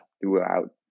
throughout